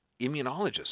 immunologists